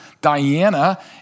Diana